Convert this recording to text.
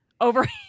Over